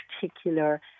particular